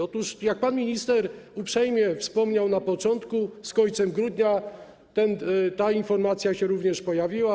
Otóż, jak pan minister uprzejmie wspomniał na początku, z końcem grudnia ta informacja się również pojawiła.